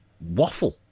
waffle